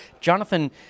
Jonathan